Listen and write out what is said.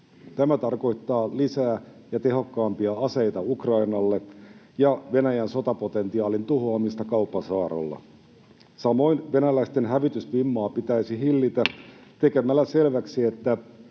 Tämä tarkoittaa lisää ja tehokkaampia aseita Ukrainalle ja Venäjän sotapotentiaalin tuhoamista kauppasaarrolla. Samoin venäläisten hävitysvimmaa pitäisi hillitä tekemällä selväksi, että